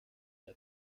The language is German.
der